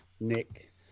Nick